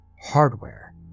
hardware